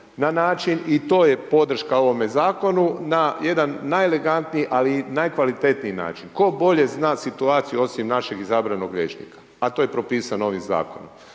na način i to je podrška ovome Zakonu, na jedan najelegantniji ali i najkvalitetniji način. Tko bolje zna situaciju osim našeg izabranog liječnika? A to je propisano ovim Zakonom.